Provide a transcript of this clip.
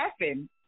laughing